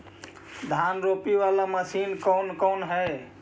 धान रोपी बाला मशिन कौन कौन है?